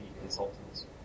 consultants